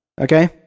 okay